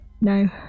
No